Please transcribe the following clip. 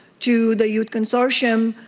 to the youth consortium,